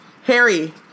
Harry